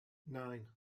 nine